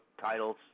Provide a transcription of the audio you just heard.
titles